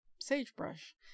sagebrush